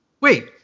wait